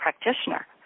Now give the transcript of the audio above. practitioner